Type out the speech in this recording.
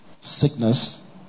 sickness